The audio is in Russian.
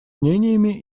мнениями